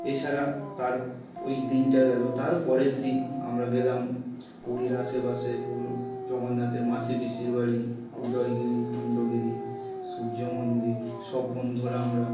এছাড়া তার ওই দিনটা গেল তার পরের দিন আমরা গেলাম পুরীর আশেপাশে জগন্নাথের মাসি পিসির বাড়ি উদয়গিরি খণ্ডগিরি সূর্য মন্দির সব বন্ধুরা আমরা